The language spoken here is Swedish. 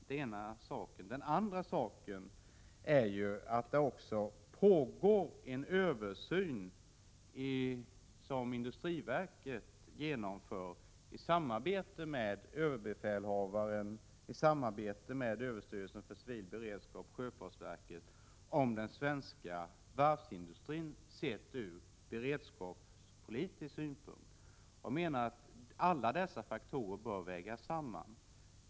Det pågår emellertid även en översyn av industriverket i samarbete med överbefälhavaren, överstyrelsen för civil beredskap och sjöfartsverket om den svenska varvsindustrin sedd ur beredskapspolitiska synpunkter. Jag menar att alla dessa faktorer bör vägas samman.